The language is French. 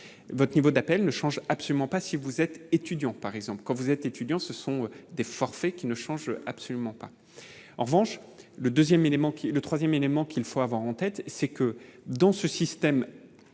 votre niveau d'appel ne change absolument pas si vous êtes étudiant, par exemple, quand vous êtes étudiant, ce sont des forfaits qui ne change absolument pas en revanche le 2ème élément, qui est le 3ème élément qu'il faut avoir en tête, c'est que dans ce système